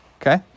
Okay